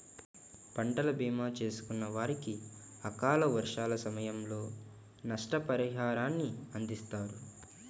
పంటల భీమా చేసుకున్న వారికి అకాల వర్షాల సమయంలో నష్టపరిహారాన్ని అందిస్తారు